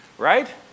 Right